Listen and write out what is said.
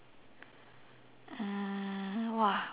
uh !wah!